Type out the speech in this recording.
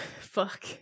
Fuck